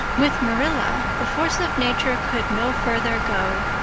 with marilla the force of nature could no further go.